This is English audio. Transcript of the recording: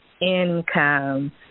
income